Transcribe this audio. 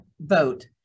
vote